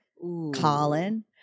Colin